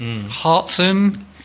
Hartson